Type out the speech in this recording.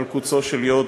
על קוצו של יו"ד,